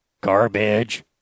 Garbage